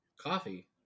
Coffee